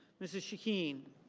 mrs. shaheen.